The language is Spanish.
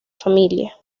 familia